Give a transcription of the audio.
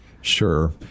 Sure